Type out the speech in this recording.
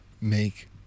make